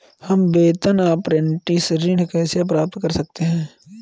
हम वेतन अपरेंटिस ऋण कैसे प्राप्त कर सकते हैं?